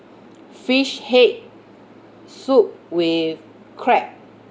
fish head soup with crab